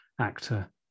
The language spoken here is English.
actor